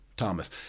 Thomas